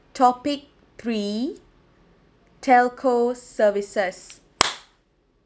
topic three telco services